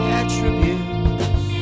attributes